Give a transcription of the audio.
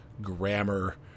grammar